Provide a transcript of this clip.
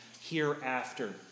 hereafter